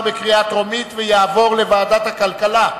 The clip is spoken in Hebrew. התשס"ט 2009, לדיון מוקדם בוועדת הכלכלה נתקבלה.